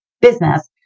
business